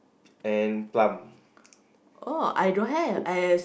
and plum